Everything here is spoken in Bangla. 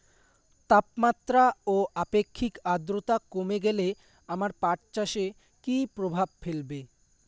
তাপমাত্রা ও আপেক্ষিক আদ্রর্তা কমে গেলে আমার পাট চাষে কী প্রভাব ফেলবে?